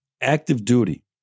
Active-duty